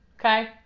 Okay